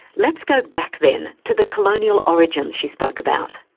let's go back, then, to the colonial origins she spoke about,